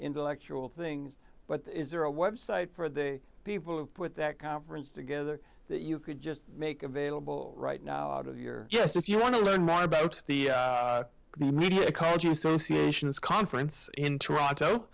intellectual things but is there a website for the people who put that conference together that you could just make available right now out of your yes if you want to learn more about the media culture associations conference in toronto